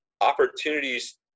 opportunities